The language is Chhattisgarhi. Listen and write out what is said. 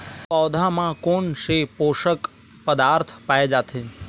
पौधा मा कोन से पोषक पदार्थ पाए जाथे?